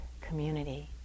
community